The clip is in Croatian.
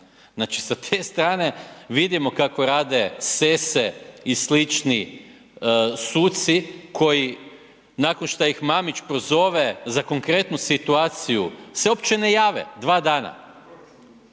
Znači sa te strane vidimo kako rade Sesse i slični suci koji nakon što ih Mamić prozove za konkretnu situaciju se uopće ne jave dva dana.